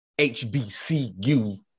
HBCU